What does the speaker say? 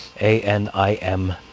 a-n-i-m